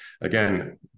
Again